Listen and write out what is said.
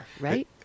right